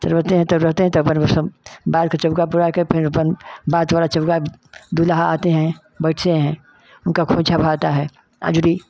तो रहते हैं तो रहते हैं त अपन उ सब बाल के चौका पुरा के फेन अपन बात हो रा चउवा दुल्हा आते हैं बैठते हैं उनका खोंइछा भराता है आजुरी